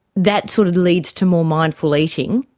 that sort of leads to more mindful eating.